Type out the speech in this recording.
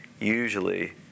usually